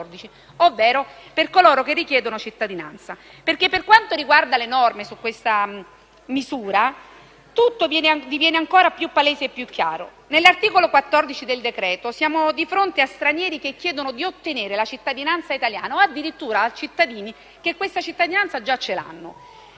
ovvero per coloro che richiedono la cittadinanza: per quanto riguarda tali norme, infatti, ciò diventa ancora più palese e più chiaro. Nell'articolo 14 del decreto-legge siamo di fronte a stranieri che chiedono di ottenere la cittadinanza italiana o addirittura a cittadini che questa cittadinanza già ce l'hanno.